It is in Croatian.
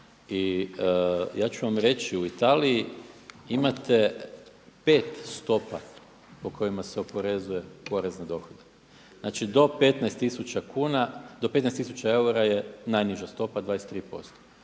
I ja ću vam reći u Italiji imate 5 stopa po kojima se oporezuje porez na dohodak. Znači do 15000 eura je najniža stopa 23%.